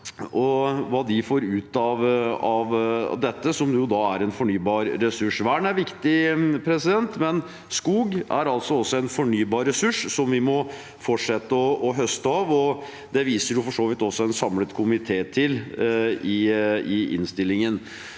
– hva de får ut av det som er en fornybar ressurs. Vern er viktig, men skog er også en fornybar ressurs som vi må fortsette å høste av. Det viser for så vidt også en samlet komité til i innstillingen.